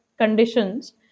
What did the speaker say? conditions